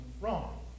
wrong